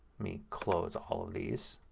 me close all of these,